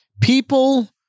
people